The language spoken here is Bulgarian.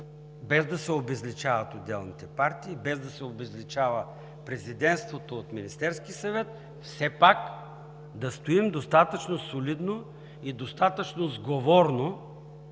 без да се обезличават отделните партии, без да се обезличава Президентството от Министерския съвет, все пак да стоим достатъчно солидно и достатъчно сговорно